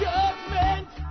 Judgment